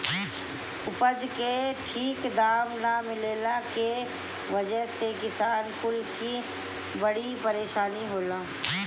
उपज के ठीक दाम ना मिलला के वजह से किसान कुल के बड़ी परेशानी होला